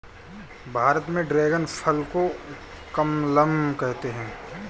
भारत में ड्रेगन फल को कमलम कहते है